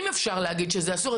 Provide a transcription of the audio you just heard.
אם אפשר להגיד שזה אסור,